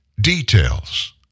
Details